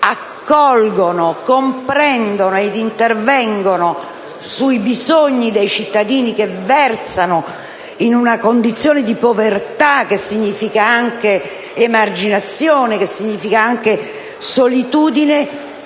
accolgono, comprendono ed intervengono sui bisogni dei cittadini che versano in una condizione di povertà, che significa anche emarginazione e solitudine,